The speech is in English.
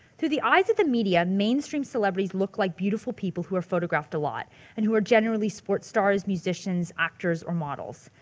through the eyes of the media, mainstream celebrities look like beautiful people who are photographed a lot and who are generally sports stars, musicians, actors, or models.